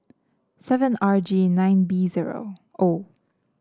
seven R G nine B zero O